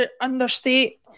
understate